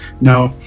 no